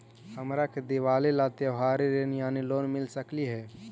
हमरा के दिवाली ला त्योहारी ऋण यानी लोन मिल सकली हे?